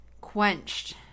quenched